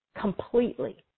completely